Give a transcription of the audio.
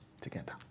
together